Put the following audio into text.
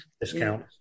discount